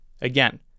Again